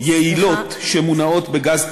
יעילות שמונעות בגז טבעי,